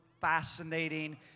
fascinating